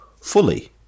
fully